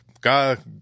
God